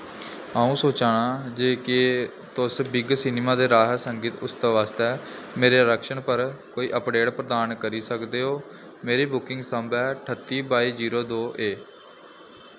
अ'ऊं सोचा नां जे केह् तुस बिग सिनेमा दे राहें संगीत उस्तव आस्तै मेरे आरक्षण पर कोई अपडेट प्रदान करी सकदे ओ मेरी बुकिंग संदर्भ ऐ ठत्ती बाई जीरो दो ए